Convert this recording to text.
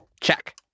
Check